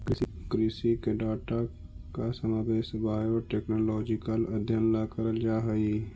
कृषि के डाटा का समावेश बायोटेक्नोलॉजिकल अध्ययन ला करल जा हई